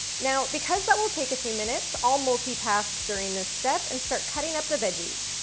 now, because that will take a few minutes, i'll multitask during this step and start cutting up the veggies,